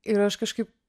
ir aš kažkaip